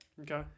Okay